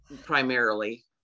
primarily